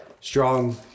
strong